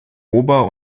ober